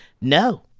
no